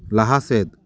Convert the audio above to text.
ᱞᱟᱦᱟ ᱥᱮᱫ